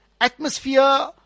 atmosphere